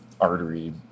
artery